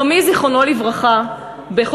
חמי זיכרונו לברכה ביקש,